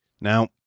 Now